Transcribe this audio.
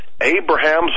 Abraham's